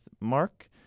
Mark